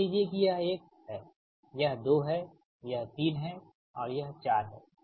मान लीजिए कि यह 1 है यह 2 है यह 3 है और यह 4 है